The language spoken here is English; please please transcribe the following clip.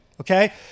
okay